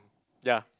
ya